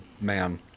man